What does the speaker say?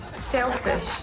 selfish